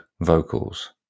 vocals